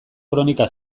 kronika